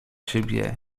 siebie